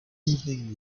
evening